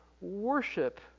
worship